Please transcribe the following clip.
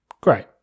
great